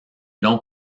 longs